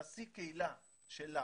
נשיא הקהילה שלה